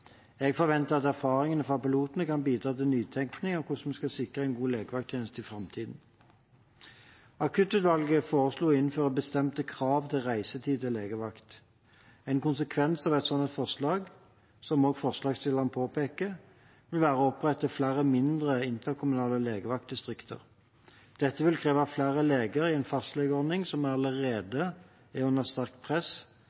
Jeg forventer at erfaringene fra pilotene kan bidra til nytenkning om hvordan vi skal sikre en god legevakttjeneste i framtiden. Akuttutvalget foreslo å innføre bestemte krav til reisetid til legevakt. En konsekvens av et slikt forslag – som også forslagsstillerne påpeker – vil være å opprette flere mindre, interkommunale legevaktdistrikter. Dette vil kreve flere leger i en fastlegeordning som